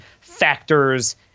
factors